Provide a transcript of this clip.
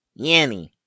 yanny